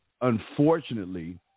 unfortunately